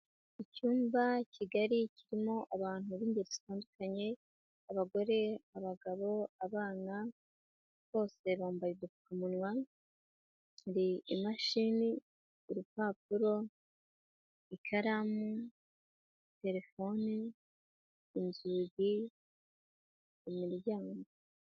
Icyumba kigari kirimo abantu b'ingeri zitandukanye: abagore, abagabo, abana, bose bambaye udupfukamunwa, imashini, urupapuro, ikaramu, terefone, inzugi ku miryango.